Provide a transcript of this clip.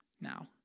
now